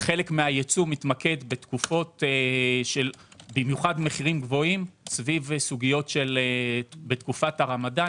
חלק מן הייצוא מתמקד בתקופות של מחירים גבוהים סביב תקופת הרמדאן,